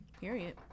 Period